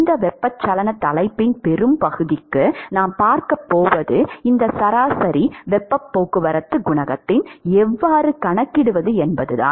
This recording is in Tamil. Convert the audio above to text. இந்த வெப்பச்சலனத் தலைப்பின் பெரும்பகுதிக்கு நாம் பார்க்கப் போவது இந்த சராசரி வெப்பப் போக்குவரத்துக் குணகத்தை எவ்வாறு கணக்கிடுவது என்பதுதான்